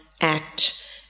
act